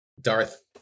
Darth